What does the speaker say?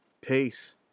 Peace